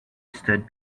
stood